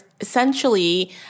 essentially